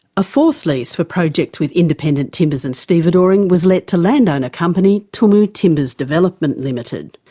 a fourth lease for projects with independent timbers and stevedoring was let to landowner company, tumu timbers development limited.